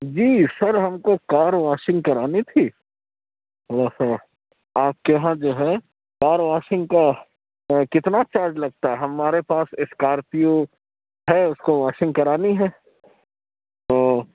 جی sir ہم کو car washing کرانی تھی آپ کے یہاں جو ہے کار واشنگ کا کتنا چارج لگتا ہے ہمارے پاس اسکارپیو ہے اُس کو واشنگ کرانی ہے تو